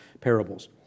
parables